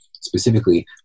Specifically